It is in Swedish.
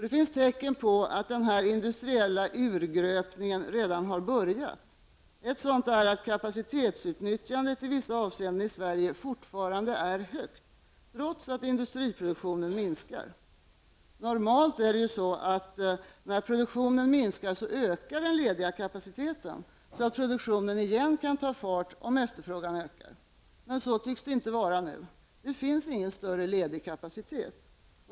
Ett tecken på att denna industriella urgröpning redan har börjat är att kapacitetsutnyttjandet i Sverige i vissa avseenden fortfarande är högt, trots att industriproduktionen minskar. När produktionen minskar ökar normalt den lediga kapaciteten så att produktionen kan ta fart igen om efterfrågan ökar. Men så tycks det inte vara nu. Det finns ingen större ledig kapacitet.